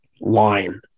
line